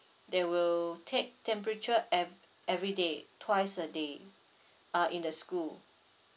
they will take temperature ev~ everyday twice a day ah in the school